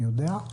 אני יודע,